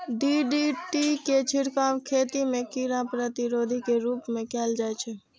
DDT के छिड़काव खेती मे कीड़ा प्रतिरोधी के रूप मे कैल जाइ छै